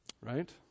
Right